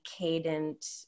cadent